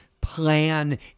plan